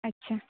ᱟᱪᱪᱷᱟ